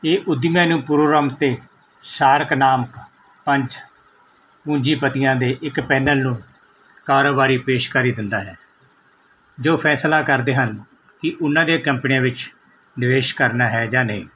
ਇਹ ਉਦਮੀਆਂ ਨੂੰ ਪ੍ਰੋਗਰਾਮ 'ਤੇ ਸਾਰਕ ਨਾਮਕ ਪੰਜ ਪੂੰਜੀਪਤੀਆਂ ਦੇ ਇੱਕ ਪੈਨਲ ਨੂੰ ਕਾਰੋਬਾਰੀ ਪੇਸ਼ਕਾਰੀ ਦਿੰਦਾ ਹੈ ਜੋ ਫੈਸਲਾ ਕਰਦੇ ਹਨ ਕਿ ਉਹਨਾਂ ਦੀਆਂ ਕੰਪਨੀਆਂ ਵਿੱਚ ਨਿਵੇਸ਼ ਕਰਨਾ ਹੈ ਜਾਂ ਨਹੀ